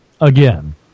again